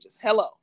Hello